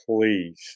please